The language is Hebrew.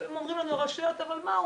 לפעמים ברשויות אומרים לנו: אבל מה,